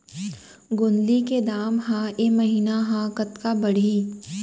गोंदली के दाम ह ऐ महीना ह कतका बढ़ही?